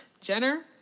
Jenner